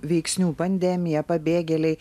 veiksnių pandemija pabėgėliai